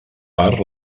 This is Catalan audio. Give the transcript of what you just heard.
parts